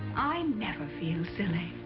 i never feel silly.